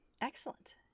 Excellent